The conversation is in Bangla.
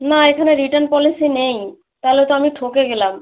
না এখানে রিটার্ন পলিসি নেই তাহলে তো আমি ঠকে গেলাম